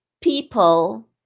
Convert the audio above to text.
people